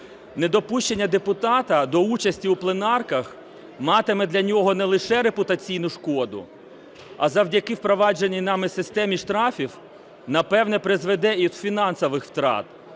Недопущення депутата до участі у пленарках матиме для нього не лише репутаційну шкоду, а завдяки впровадженій нами системі штрафів, напевно, призведе і до фінансових втрат.